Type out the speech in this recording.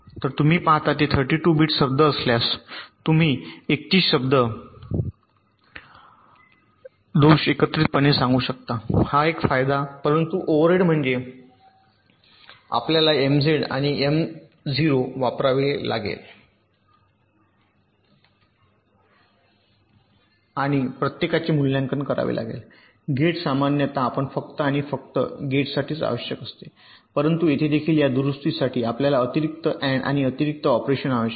तर तुम्ही पाहता ते 32 बिट शब्द असल्यास तुम्ही 31 दोष एकत्रितपणे सांगू शकता हा एक आहे फायदा परंतु ओव्हरहेड म्हणजे आपल्याला हे एमझेड आणि M0 वापरावे लागेल आणि प्रत्येकाचे मूल्यांकन करावे लागेल गेट सामान्यत आपणास फक्त आणि फक्त एन्ड गेटसाठीच आवश्यक असते परंतु येथे देखील या दुरुस्तीसाठी आपल्याला अतिरिक्त अँड आणि अतिरिक्त ऑपरेशन आवश्यक आहे